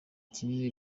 kinini